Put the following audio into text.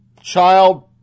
child